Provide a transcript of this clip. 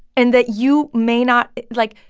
and that you may not like,